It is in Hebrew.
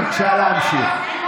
בבקשה להמשיך.